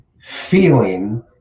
feeling